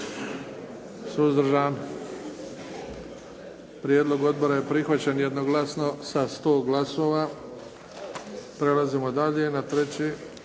Suzdržan? Prijedlog odbora je prihvaćen jednoglasno sa 100 glasova. Prelazimo dalje na treći.